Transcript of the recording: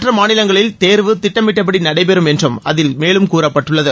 மற்ற மாநிலங்களில் தேர்வு திட்டமிட்டபடி நடைபெறும் என்றும் அதில் மேலும் கூறப்பட்டுள்ளது